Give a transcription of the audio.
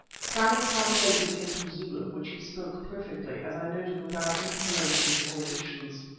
sammy translated into zulu, which he spoke perfectly, as i noted without interpolations or additions.